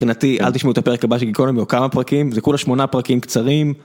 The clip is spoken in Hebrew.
מבחינתי אל תשמעו את הפרק הבא של גיקונומי, או כמה פרקים, זה כולה 8 פרקים קצרים.